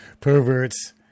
Perverts